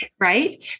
Right